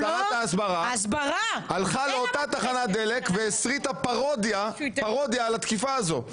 שרת ההסברה הלכה לאותה תחנת דלק והסריטה פרודיה על התקיפה הזאת.